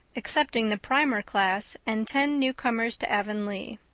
excepting the primer class and ten newcomers to avonlea.